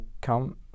come